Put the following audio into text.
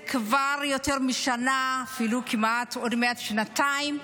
כבר יותר משנה, אפילו עוד מעט שנתיים,